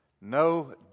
no